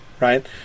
Right